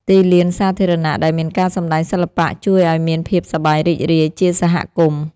ទីលានសាធារណៈដែលមានការសម្តែងសិល្បៈ ជួយឱ្យមានភាពសប្បាយរីករាយជាសហគមន៍។